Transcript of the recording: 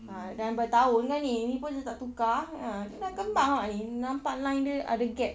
ah dalam bertahun ah ini ini pun macam tak tukar ha ini dah kembang lah ini nampak line dia ada gap